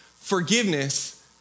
Forgiveness